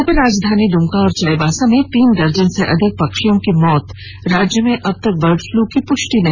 उपराजधानी दुमका और चाईबासा में तीन दर्जन से अधिक पक्षियों की मौत राज्य में अब तक बर्ड फ्लू की पुष्टि नहीं